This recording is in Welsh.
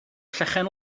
llechen